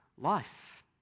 life